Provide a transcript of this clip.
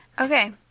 Okay